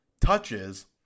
touches